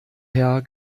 herr